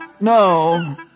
No